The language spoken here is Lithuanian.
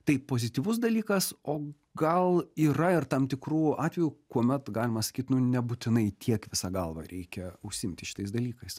tai pozityvus dalykas o gal yra ir tam tikrų atvejų kuomet galima sakyt nu nebūtinai tiek visa galva reikia užsiimti šitais dalykais